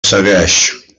segueix